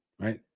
Right